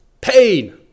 pain